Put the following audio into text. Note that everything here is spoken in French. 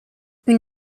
une